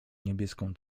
niebieską